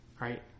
right